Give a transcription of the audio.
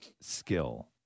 skill